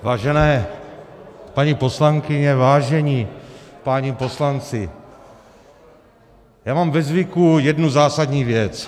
Vážené paní poslankyně, vážení páni poslanci, já mám ve zvyku jednu zásadní věc.